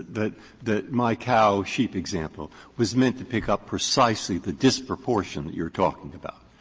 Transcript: that that my cow sheep example was meant to pick up precisely the disproportion that you're talking about.